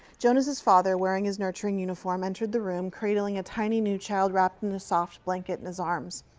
jonas's father, wearing his nurturing uniform, entered the room, cradling a tiny newchild wrapped in a soft blan ket in his arms.